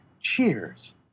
Cheers